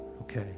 Okay